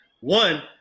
One